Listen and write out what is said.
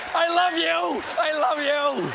i love you! i love you!